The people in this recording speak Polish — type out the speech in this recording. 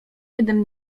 jeden